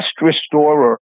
restorer